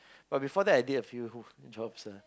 but before that I did a few jobs ah